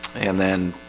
and then